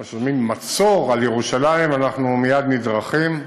אנחנו שומעים "מצור על ירושלים" אנחנו מייד נדרכים,